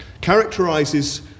characterizes